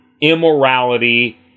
immorality